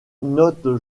note